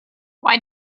why